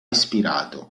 ispirato